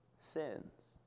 sins